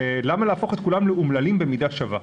למה להפוך את כולם לאומללים במידה שווה?